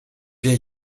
wir